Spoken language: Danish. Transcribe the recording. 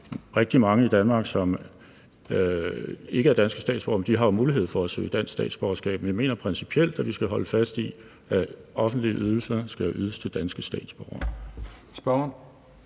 rigtig mange i Danmark, som ikke er danske statsborgere, men de har jo mulighed for at søge dansk statsborgerskab. Men jeg mener principielt, at vi skal holde fast i, at offentlige ydelser skal ydes til danske statsborgere.